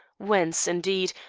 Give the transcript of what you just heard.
whence, indeed,